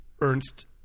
Ernst